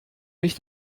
mich